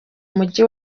mujyi